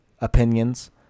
opinions